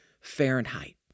Fahrenheit